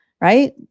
right